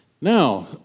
Now